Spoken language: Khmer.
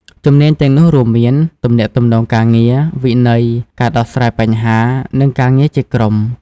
ជំនាញទាំងនោះរួមមាន ទំនាក់ទំនងការងារ វិន័យ ការដោះស្រាយបញ្ហា និងការងារជាក្រុម។